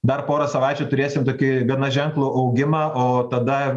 dar porą savaičių turėsim tokį gana ženklų augimą o tada